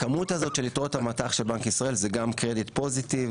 הכמות הזאת של יתרות המט"ח של בנק ישראל זה גם קרדיט פוזיטיב,